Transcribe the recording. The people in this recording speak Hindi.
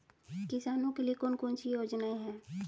किसानों के लिए कौन कौन सी योजनाएं हैं?